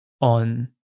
on